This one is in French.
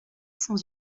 sans